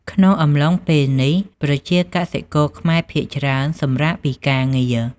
ក្នុងអំឡុងពេលនេះ ប្រជាកសិករខ្មែរភាគច្រើនសម្រាកពីការងារ។